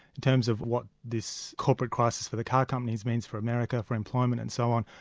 in terms of what this corporate crisis for the car companies means for america, for employment and so on,